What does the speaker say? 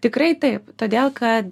tikrai taip todėl kad